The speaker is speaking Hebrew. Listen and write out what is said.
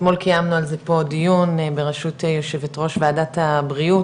אתמול קיימנו על זה פה דיון בראשות יושבת ראש וועדת הבריאות